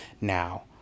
Now